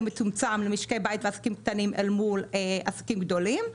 מצומצם למשקי בית ולעסקים קטנים אל מול עסקים גדולים.